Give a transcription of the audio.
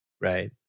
right